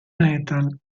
metal